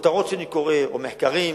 כותרות שאני קורא, מחקרים